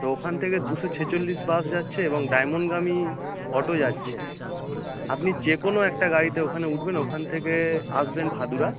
তো ওখান থেকে দুশো ছেচল্লিশ বাস যাচ্ছে এবং ডায়মনগামী অটো যাচ্ছে আপনি যে কোনো একটা গাড়িতে ওখানে উঠবেন ওখানে থেকে আসবেন ভাদুরা